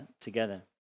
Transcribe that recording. together